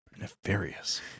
nefarious